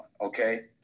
okay